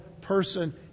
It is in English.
person